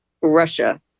Russia